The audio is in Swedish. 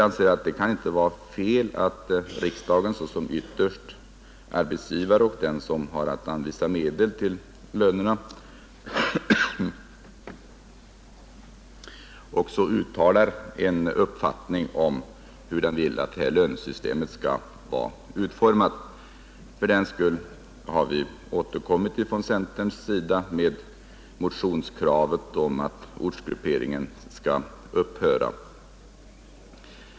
Vi anser att det inte kan vara fel att riksdagen, som ytterst är att betrakta som arbetsgivare och som har att anvisa medel till lönerna, också uttalar en uppfattning om hur den vill att ifrågavarande lönesystem skall vara utformat. Vi har fördenskull från centerhåll återkommit med motionskravet att ortsgrupperingen skall upphöra.